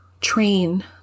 train